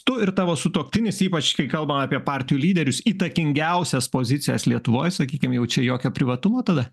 tu ir tavo sutuoktinis ypač kai kalbam apie partijų lyderius įtakingiausias pozicijas lietuvoj sakykim jau čia jokio privatumo tada